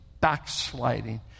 backsliding